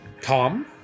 Tom